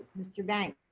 mr. banks?